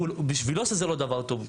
בשבילו זה לא דבר טוב.